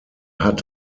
hat